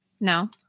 No